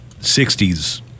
60s